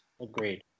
Agreed